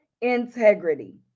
integrity